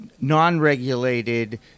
non-regulated